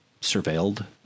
surveilled